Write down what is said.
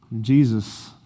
Jesus